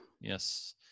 yes